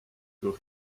durch